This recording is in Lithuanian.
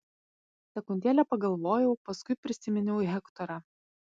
sekundėlę pagalvojau paskui prisiminiau hektorą